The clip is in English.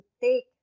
take